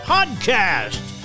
Podcast